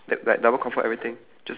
okay then we circle that